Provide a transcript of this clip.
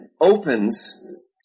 opens